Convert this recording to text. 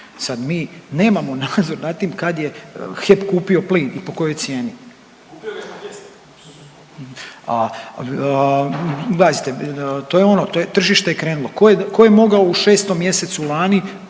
sad mi nemamo nadzor nad tim kad je HEP kupio plin i po kojoj cijeni. …/Upadica se ne razumije./… … to je ono tržište je krenulo. Ko je mogao u 6. mjesecu lani